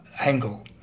angle